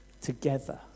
Together